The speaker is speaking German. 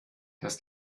dass